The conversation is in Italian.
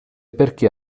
perché